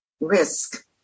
risk